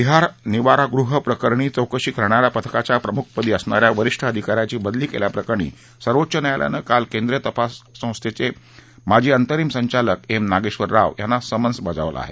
बिहार निवारगृह प्रकरणी चौकशी करणा या पथकाच्या प्रमुखपदी असणाऱ्या वरिष्ठ आधिकाऱ्याची बदली केल्याप्रकरणी सर्वोच्च न्यायालयानं काल केंद्रीय तपास संस्थेची माजी अंतरिम संचालक एम नागेबस्राव यांना समन्य बजावले आहे